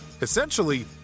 Essentially